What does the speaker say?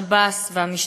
השב"ס והמשטרה.